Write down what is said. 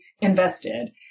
invested